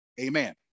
Amen